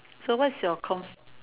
so what's your com